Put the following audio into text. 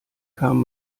kam